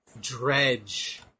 Dredge